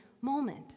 moment